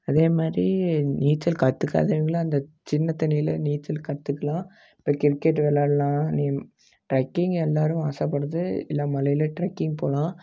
அதே மாதிரி நீச்சல் கத்துக்காதவங்களும் அந்த சின்ன தண்ணியில நீச்சல் கத்துக்கலாம் இப்போ கிரிக்கெட் விளாடலாம் நீ ட்ரக்கிங் எல்லாரும் ஆசைப்பட்றது மலையில் ட்ரக்கிங் போகலாம்